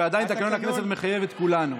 ועדיין תקנון הכנסת מחייב את כולנו.